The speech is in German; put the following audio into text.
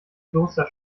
kloster